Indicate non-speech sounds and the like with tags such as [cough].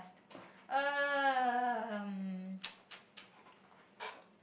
um [noise] [noise] [noise]